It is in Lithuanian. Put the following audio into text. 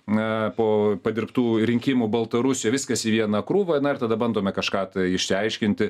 na po padirbtų rinkimų baltarusijoj viskas į vieną krūvą na ir tada bandome kažką tai išsiaiškinti